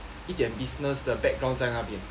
一点 business 的 background 在那边